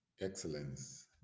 Excellence